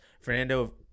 Fernando